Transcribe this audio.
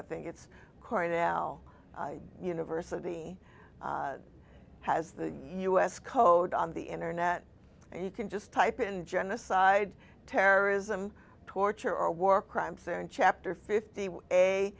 i think it's cornell university has the u s code on the internet and you can just type in genocide terrorism torture or war crimes there in chapter fifty